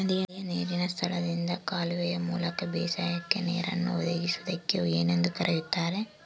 ನದಿಯ ನೇರಿನ ಸ್ಥಳದಿಂದ ಕಾಲುವೆಯ ಮೂಲಕ ಬೇಸಾಯಕ್ಕೆ ನೇರನ್ನು ಒದಗಿಸುವುದಕ್ಕೆ ಏನೆಂದು ಕರೆಯುತ್ತಾರೆ?